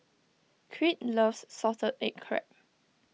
Crete loves Salted Egg Crab